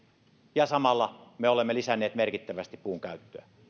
ja samalla me olemme lisänneet merkittävästi puunkäyttöä